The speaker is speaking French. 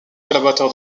collaborateur